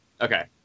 Okay